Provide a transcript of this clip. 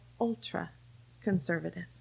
ultra-conservative